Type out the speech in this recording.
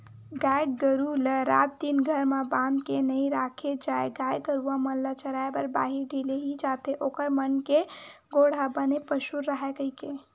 गाय गरु ल रात दिन घर म बांध के नइ रखे जाय गाय गरुवा मन ल चराए बर बाहिर ढिले ही जाथे ओखर मन के गोड़ ह बने पसुल राहय कहिके